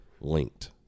linked